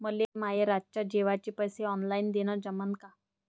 मले माये रातच्या जेवाचे पैसे ऑनलाईन देणं जमन का?